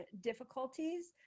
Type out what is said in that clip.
difficulties